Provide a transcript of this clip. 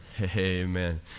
Amen